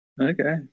Okay